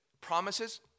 Promises